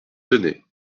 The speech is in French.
tenay